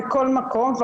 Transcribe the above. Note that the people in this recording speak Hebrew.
בכל מקום,